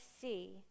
see